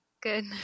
Good